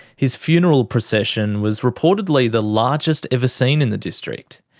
his funeral procession was reportedly the largest ever seen in the district.